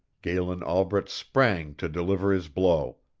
galen albret sprang to deliver his blow.